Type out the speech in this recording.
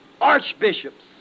archbishops